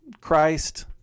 christ